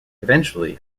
eventually